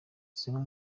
zimwe